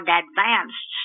advanced